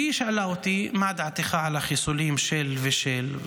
היא שאלה אותי: מה דעתך על החיסולים של ושל,